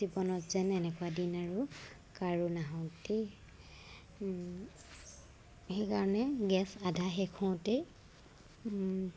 জীৱনত যেন এনেকুৱা দিন আৰু কাৰো নাহক দেই সেইকাৰণে গেছ আধা শেষ হওঁতেই